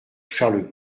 charles